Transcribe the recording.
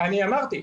אני אמרתי: